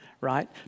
Right